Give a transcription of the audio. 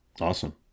Awesome